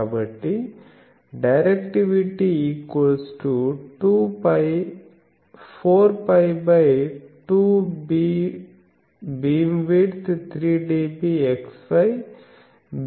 కాబట్టి directivity 4π23dBx y 3dBy z8